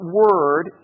word